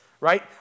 right